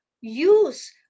use